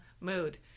mood